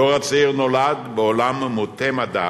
הדור הצעיר נולד בעולם מוטה מדע